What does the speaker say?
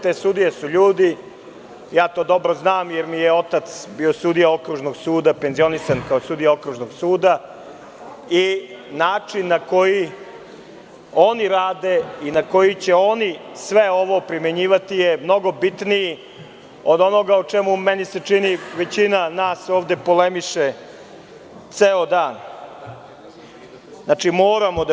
Te sudije su ljudi, ja to dobro znam, jer mi je otac bio sudija Okružnog suda, penzionisan kao sudija Okružnog suda i način na koji oni rade i na koji će oni sve ovo primenjivati je mnogo bitniji od onoga o čemu, meni se čini, većina nas ovde polemiše ceo dan.